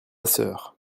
sœur